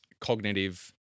cognitive